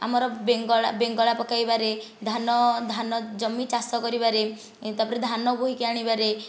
ଆମର ବେଙ୍ଗଳା ବେଙ୍ଗଳା ପକାଇବାରେ ଧାନ ଧାନ ଜମି ଚାଷ କରିବାରେ ତାପରେ ଧାନ ବୋହିକି ଆଣିବାରେ